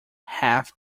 half